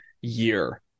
year